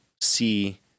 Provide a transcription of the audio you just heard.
see